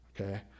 okay